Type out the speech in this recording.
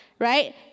Right